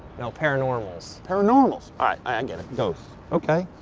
no, paranormals. paranormals. i get it, ghosts, okay.